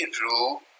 rule